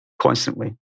constantly